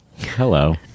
hello